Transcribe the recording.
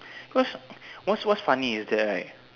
cause what's what's funny is that right